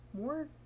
more